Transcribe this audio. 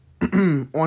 on